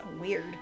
Weird